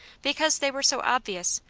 because they were so obvious,